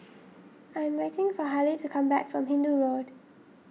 I am waiting for Hailie to come back from Hindoo Road